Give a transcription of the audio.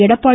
Edappadi